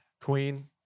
queen